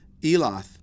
Eloth